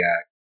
Act